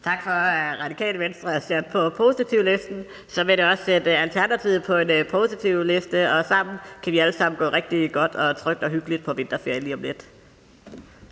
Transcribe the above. Tak for at Radikale Venstre er sat på positivlisten. Så vil jeg da også sætte Alternativet på en positivliste og sammen kan vi alle sammen gå rigtig godt og trygt og hyggeligt på vinterferie lige om lidt.